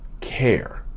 care